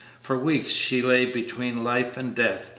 for weeks she lay between life and death,